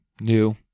new